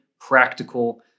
practical